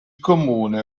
comune